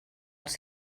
als